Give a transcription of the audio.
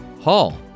Hall